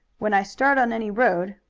when i start on any road,